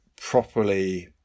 properly